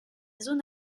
zone